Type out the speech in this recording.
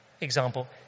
Example